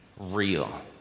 Real